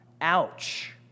Ouch